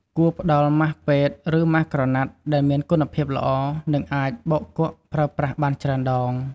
គួរផ្តល់ម៉ាស់ពេទ្យ ឬម៉ាស់ក្រណាត់ដែលមានគុណភាពល្អ និងអាចបោកគក់ប្រើប្រាស់បានច្រើនដង។